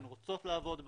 הן רוצות לעבוד בה,